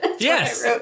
Yes